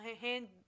hand